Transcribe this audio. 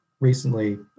Recently